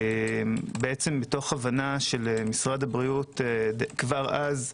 מתוך הבנה שמשרד הבריאות כבר אז,